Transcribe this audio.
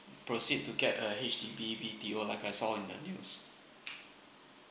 proceed to get the H_D_B B_T_O like I saw on the news